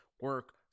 Work